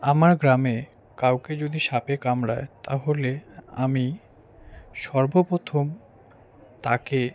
আমার গ্রামে কাউকে যদি সাপে কামড়ায় তাহলে আমি সর্বপ্রথম তাকে